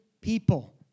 people